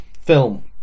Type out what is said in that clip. film